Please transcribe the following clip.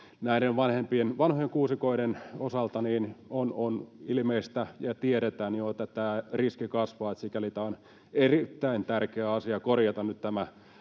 vanhojen kuusikoiden osalta on ilmeistä ja tiedetään jo, että tämä riski kasvaa. Sikäli on erittäin tärkeä asia korjata nyt tämä